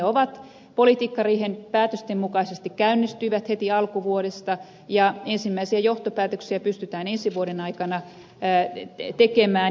ne politiikkariihen päätösten mukaisesti käynnistyvät heti alkuvuodesta ja ensimmäisiä johtopäätöksiä pystytään ensi vuoden aikana tekemään